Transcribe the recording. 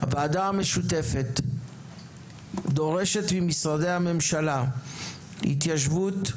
הוועדה המשותפת דורשת ממשרדי הממשלה התיישבות,